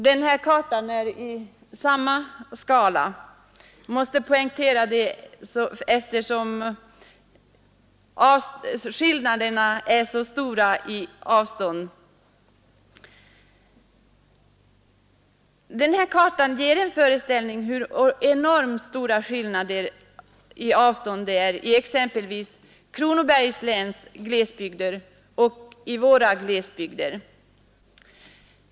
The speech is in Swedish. Det är i samma skala, jag måste poängtera det eftersom skillnaderna är så stora i avstånd. Kartan ger en föreställning om hur enormt stora skillnader i avstånd det är i exempelvis Kronobergs läns glesbygder och i våra glesbygder.